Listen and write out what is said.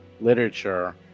literature